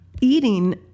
Eating